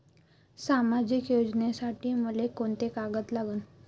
सामाजिक योजनेसाठी मले कोंते कागद लागन?